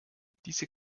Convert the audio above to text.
diese